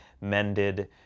mended